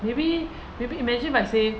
maybe maybe imagine if I say